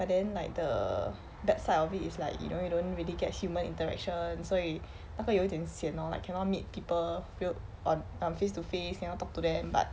but then like the bad side of it is like you don't you don't really get human interaction 所以那个有点 sian lor like cannot meet people feel on um face to face cannot talk to them but